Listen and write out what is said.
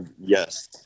yes